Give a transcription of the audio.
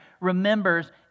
remembers